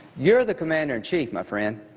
you're the commander in chief, my friend.